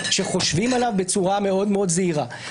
שחושבים עליו בצורה מאוד מאוד זהירה.